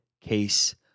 case